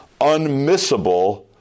unmissable